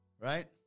right